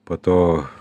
po to